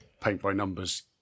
paint-by-numbers